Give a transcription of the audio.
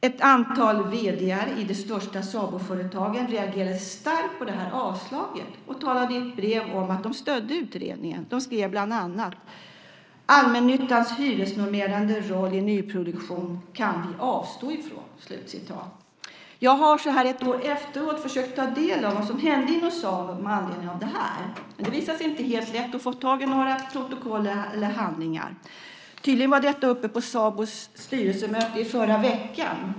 Ett antal vd:ar i de största SABO-företagen reagerade starkt på detta avslag och talade i ett brev om att de stödde utredningen. De skrev bland annat: Allmännyttans hyresnormerande roll i nyproduktion kan vi avstå ifrån. Jag har så här ett år efteråt försökt ta del av vad som hände inom SABO med anledning av det här, men det visar sig inte helt lätt att få tag i några protokoll eller handlingar. Tydligen var detta uppe på SABO:s styrelsemöte i förra veckan.